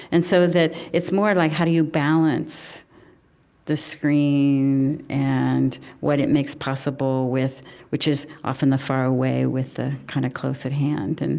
and so it's more like, how do you balance the screen, and what it makes possible with which is often the faraway with the kind of close at hand? and